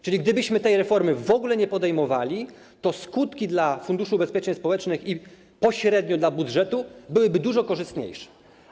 Czyli gdybyśmy tej reformy w ogóle nie podejmowali, to skutki dla Funduszu Ubezpieczeń Społecznych i pośrednio dla budżetu byłyby dużo korzystniejsze.